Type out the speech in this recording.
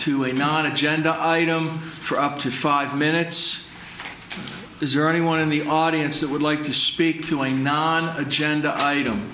to a non agenda item for up to five minutes is there anyone in the audience that would like to speak to a non agenda item